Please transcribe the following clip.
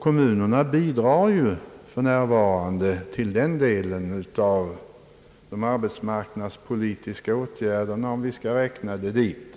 Kommunerna lämnar ju för närvarande bidrag till den delen av de arbetsmarknadspolitiska åtgärderna, om vi skall räkna sådan verksamhet dit,